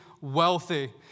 wealthy